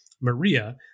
Maria